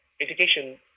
education